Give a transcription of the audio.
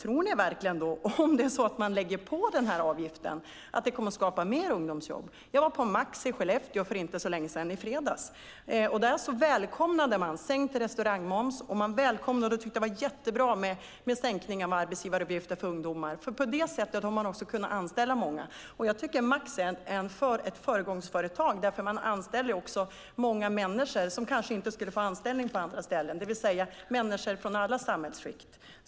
Tror ni verkligen att om man lägger på den avgiften kommer det att skapa fler ungdomsjobb? Jag var på Max i Skellefteå i fredags. Där välkomnade man sänkt restaurangmoms och tyckte att det var jättebra med en sänkning av arbetsgivaravgiften för ungdomar. På det sättet har de kunnat anställa många. Max är ett föregångsföretag, för de anställer många som kanske inte skulle få anställning på andra ställen, det vill säga människor från alla samhällsskikt.